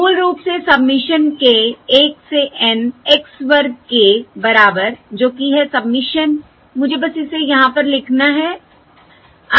मूल रूप से सबमिशन k 1 से N x वर्ग k बराबर जो कि है सबमिशन मुझे बस इसे यहाँ पर लिखना है